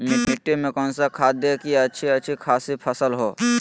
मिट्टी में कौन सा खाद दे की अच्छी अच्छी खासी फसल हो?